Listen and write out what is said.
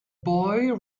boy